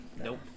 Nope